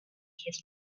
his